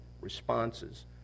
responses